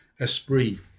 Esprit